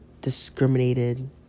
discriminated